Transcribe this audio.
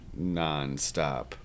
nonstop